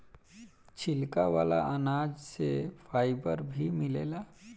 छिलका वाला अनाज से फाइबर भी मिलेला